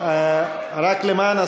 57